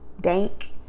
dank